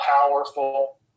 powerful